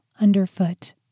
underfoot